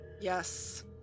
yes